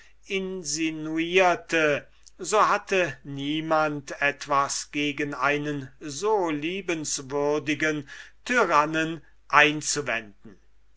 insinuierte so hatte niemand etwas gegen einen so liebenswürdigen tyrannen einzuwenden